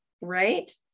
right